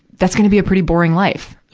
that's gonna be a pretty boring life.